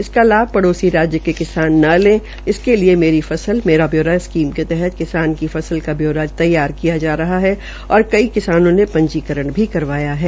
इसका लाभ पड़ोसी राज्य के किसन न ले इसके लिए मेरी फसल मेरा ब्यौरा स्कीम के तहत किसान की फसल का ब्यौरा लिया जा रहा है और कई किसानों ने पंजीकरण भी करवाया है